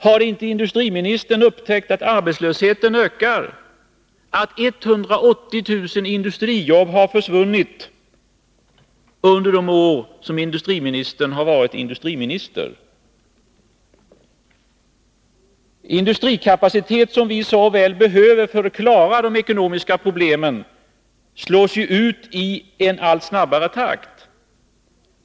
Har inte industriministern upptäckt att arbetslösheten ökar och att 180 000 industrijobb har försvunnit under de år som industriministern har varit industriminister? Industrikapacitet som vi så väl behöver för att klara de ekonomiska problemen slås ut i en allt snabbare takt.